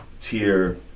tier